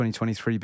2023